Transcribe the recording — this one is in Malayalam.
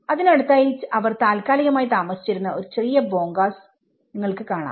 അതിന ടുത്തായി അവർ താൽക്കാലികമായി താമസിച്ചിരുന്ന ഒരു ചെറിയ ബോങ്കാസ് നിങ്ങൾക്ക് കാണാം